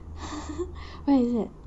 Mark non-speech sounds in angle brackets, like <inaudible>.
<laughs> where is that